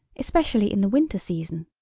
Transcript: especially in the winter season.